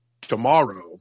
tomorrow